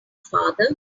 father